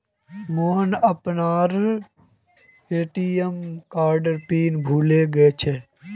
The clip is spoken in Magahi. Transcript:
मोहन अपनार ए.टी.एम कार्डेर पिन भूले गेलछेक